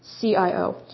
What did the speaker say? CIO